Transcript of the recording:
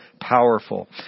Powerful